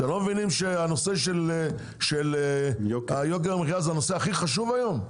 אתם לא מבינים שהנושא של יוקר המחייה זה הנושא הכי חשוב היום?